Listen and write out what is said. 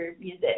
music